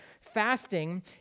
fasting